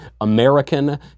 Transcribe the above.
American